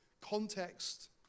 context